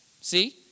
See